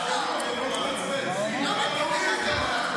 הכול טוב.